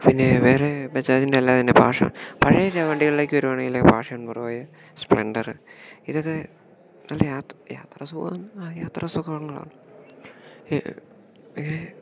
പിന്നേ വേറെ ബജാജിൻ്റെയല്ലാതെ തന്നെ പഴയ ചില വണ്ടികളിലേക്ക് വരികയാണെങ്കിൽ പാഷൻ പ്രോയ് സ്പ്ലെൻണ്ടറ് ഇതൊക്കെ നല്ല യാത്ര യാത്ര സുഗമോ ആ യാത്ര സുഖമുള്ളതാണ് ഇങ്ങനെ